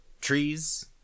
trees